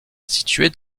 située